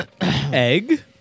Egg